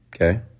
Okay